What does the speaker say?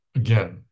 again